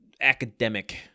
academic